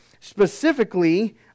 Specifically